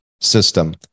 system